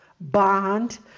bond